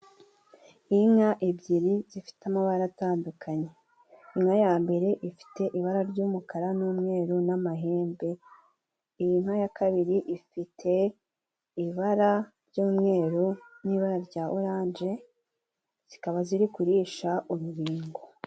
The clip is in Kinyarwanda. Inka ebyiri zifite amabara atandukanye . Inka ya mbere ifite ibara ry'umukara n'umweru n'amahembe. Inka ya kabiri ifite ibara ry'umweru n'ibara rya oranje zikaba ziri kurisha urubingo.